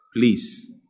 please